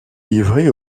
livrée